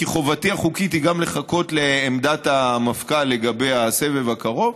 כי חובתי החוקית היא גם לחכות לעמדת המפכ"ל לגבי הסבב הקרוב,